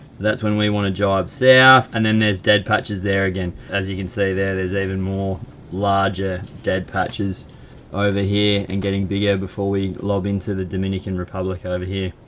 that's when we wanna jibe south. and then there's dead patches there again. as you can see there, there's even more larger dead patches over here, and getting bigger before we lob into the dominican republic over here.